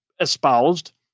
espoused